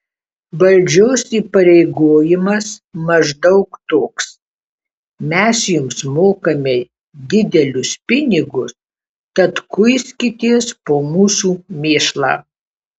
valdžios įpareigojimas maždaug toks mes jums mokame didelius pinigus tad kuiskitės po mūsų mėšlą